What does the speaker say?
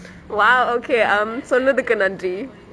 !wow! okay um சொன்னதுக்கு நன்றி:sonnathukku nandri